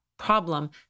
problem